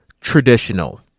traditional